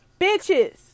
bitches